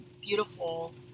beautiful